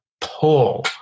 pull